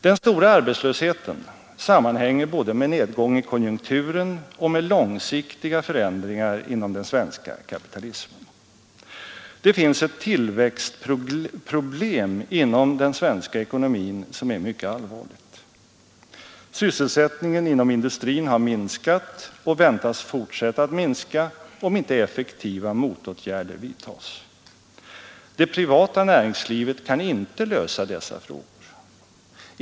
Den stora arbetslösheten sammanhänger både med nedgång i konjunkturen och med långsiktiga förändringar inom den svenska kapitalismen. Det finns ett tillväxtproblem inom den svenska ekonomin som är mycket allvarligt. Sysselsättningen inom industrin har minskat och väntas fortsätta att minska om inte effektiva motåtgärder vidtas. Det privata näringslivet kan inte lösa dessa frågor.